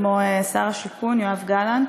כמו שר השיכון יואב גלנט